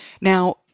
Now